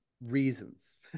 reasons